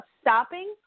stopping